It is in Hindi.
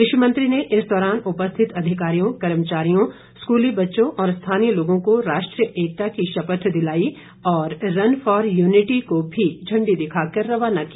कृषि मंत्री ने इस दौरान उपस्थित अधिकारियों कर्मचारियों स्कूली बच्चों और स्थानीय लोगों को राष्ट्रीय एकता की शपथ दिलाई और रन फॉर यूनिटी को भी झण्डी दिखाकर रवाना किया